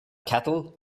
cattle